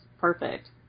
perfect